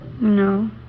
No